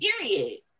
Period